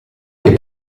dei